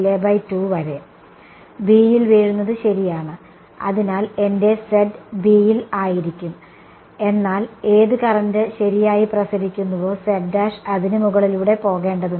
B യിൽ വീഴുന്നത് ശരിയാണ് അതിനാൽ എന്റെ z B ൽ ആയിരിക്കും എന്നാൽ ഏത് കറന്റ് ശരിയായി പ്രസരിക്കുന്നുവോ അതിന് മുകളിലൂടെ പോകേണ്ടതുണ്ട്